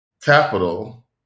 capital